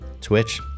Twitch